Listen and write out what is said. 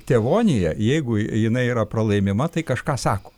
tėvoniją jeigu jinai yra pralaimima tai kažką sako